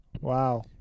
Wow